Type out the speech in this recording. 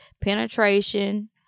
penetration